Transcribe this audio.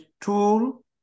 tool